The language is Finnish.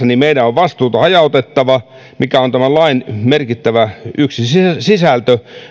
niin meidän on hajautettava vastuuta mikä on tämän lain merkittävä yksi sisältö